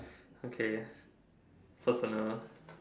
okay personal